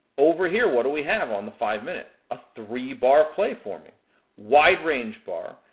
over here, what do we have on the five minute? a three bar play forming. wide range bar,